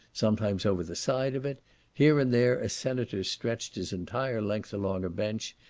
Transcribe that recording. sometimes over the side of it here and there a senator stretched his entire length along a bench,